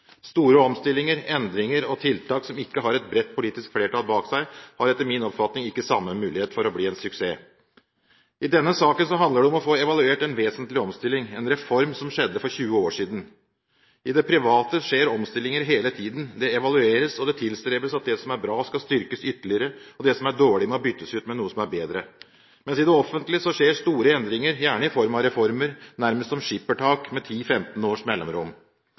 Store omstillinger, endringer og tiltak som ikke har et bredt politisk flertall bak seg, har etter min oppfatning ikke samme mulighet for å bli en suksess. I denne saken handler det om å få evaluert en vesentlig omstilling – en reform som skjedde for 20 år siden. I det private skjer omstillinger hele tiden. Det evalueres, og det tilstrebes at det som er bra, skal styrkes ytterligere, og det som er dårlig, må byttes ut med noe som er bedre, mens store endringer i det offentlige gjerne skjer i form av reformer, nærmest som skippertak, med 10–15 års mellomrom.